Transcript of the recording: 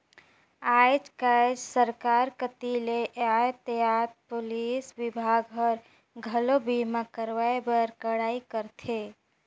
आयज कायज सरकार कति ले यातयात पुलिस विभाग हर, घलो बीमा करवाए बर कड़ाई करथे